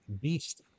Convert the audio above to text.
beast